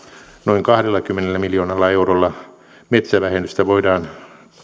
noin kahdellakymmenellä miljoonalla eurolla metsävähennystä voidaan